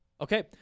Okay